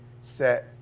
set